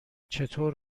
چطور